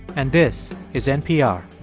and this is npr